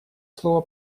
слово